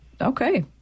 Okay